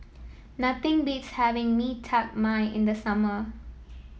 nothing beats having Mee Tai Mak in the summer